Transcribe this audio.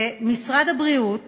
משרד הבריאות